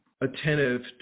attentive